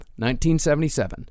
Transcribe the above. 1977